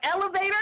elevator